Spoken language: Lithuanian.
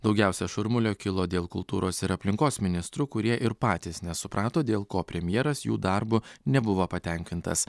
daugiausia šurmulio kilo dėl kultūros ir aplinkos ministrų kurie ir patys nesuprato dėl ko premjeras jų darbu nebuvo patenkintas